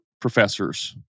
professors